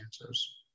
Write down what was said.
answers